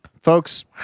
folks